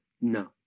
no